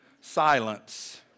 silence